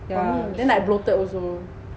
yeah the I bloated also